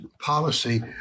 policy